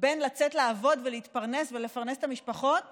בין לצאת לעבוד ולהתפרנס ולפרנס את המשפחות